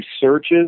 searches